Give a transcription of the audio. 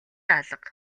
алга